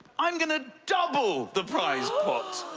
i'm going to double the prize pot.